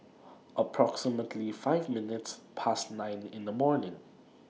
approximately five minutes Past nine in The morning